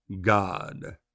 God